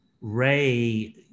Ray